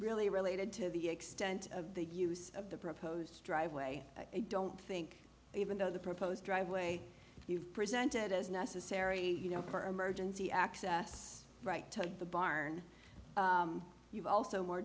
really related to the extent of the use of the proposed driveway i don't think even though the proposed driveway you presented as necessary you know for emergency access right to the barn you've also more